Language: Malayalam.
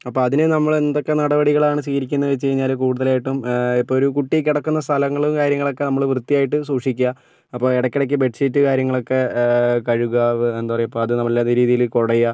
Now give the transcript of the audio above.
അപ്പം അതിനെ നമ്മൾ എന്തൊക്കെ നടപടികളാണ് സ്വീകരിക്കുന്നത് എന്ന് വച്ച് കഴിഞ്ഞാൽ കൂടുതലായിട്ടും ഇപ്പം ഒരു കുട്ടി കിടക്കുന്ന സ്ഥലങ്ങളും കാര്യങ്ങളും ഒക്കെ നമ്മൾ വൃത്തിയായിട്ട് സൂക്ഷിക്കുക അപ്പം ഇടയ്ക്കിടയ്ക്ക് ബെഡ് ഷീറ്റ് കാര്യങ്ങളൊക്കെ കഴുകുക എന്താ പറയുക അത് നല്ല രീതിയില് കുടയുക